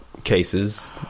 Cases